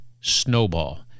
snowball